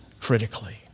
critically